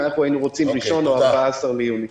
אנחנו היינו רוצים ה-1 או 14 ביוני.